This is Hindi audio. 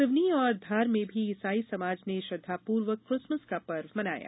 सिवनी और धार में भी ईसाई समाज ने श्रद्वापूर्वक किसमस का पर्व मनाया गया